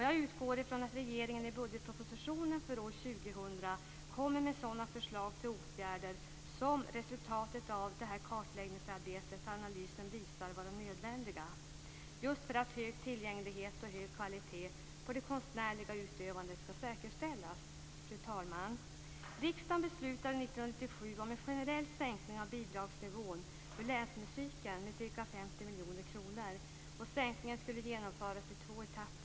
Jag utgår från att regeringen i budgetpropositionen för år 2000 kommer med sådana förslag till åtgärder som resultaten av kartläggningsarbetet och analysen visar vara nödvändiga för att hög tillgänglighet och kvalitet på det konstnärliga utövandet skall säkerställas. Fru talman! Riksdagen beslutade 1997 om en generell sänkning av bidragsnivån för länsmusiken med ca 50 miljoner kronor. Sänkningen skulle genomföras i två etapper.